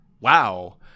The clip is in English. wow